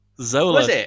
Zola